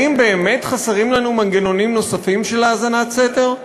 האם באמת חסרים לנו מנגנונים נוספים של האזנת סתר?